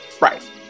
Right